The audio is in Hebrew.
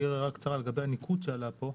לגבי הניקוד שעלה פה,